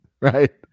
right